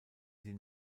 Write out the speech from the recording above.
sie